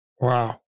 Wow